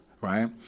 right